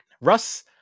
Russ